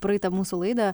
praeitą mūsų laidą